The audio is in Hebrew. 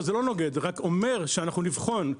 זה לא נוגד, זה רק אומר שאנחנו נבחן.